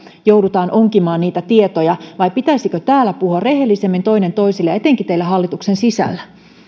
joudutaan onkimaan niitä tietoja vai pitäisikö täällä puhua rehellisemmin toinen toisillensa ja etenkin teillä hallituksen sisällä